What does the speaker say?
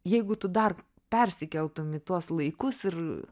jeigu tu dar persikeltum į tuos laikus ir